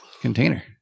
container